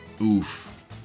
Oof